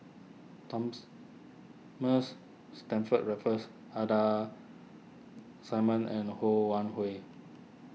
Thomas Mars Stamford Raffles Ida Simmons and Ho Wan Hui